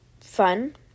fun